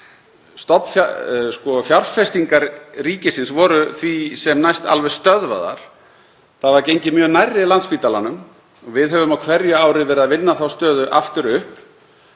Fjárfestingar ríkisins voru því sem næst alveg stöðvaðar. Það var gengið mjög nærri Landspítalanum. Við höfum á hverju ári verið að vinna þá stöðu aftur upp.